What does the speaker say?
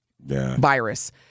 virus